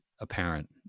apparent